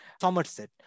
Somerset